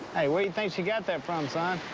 hey, where you think she got that from, son?